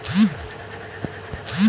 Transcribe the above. बीमा दावा केगा करल जाला?